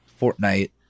Fortnite